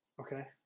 Okay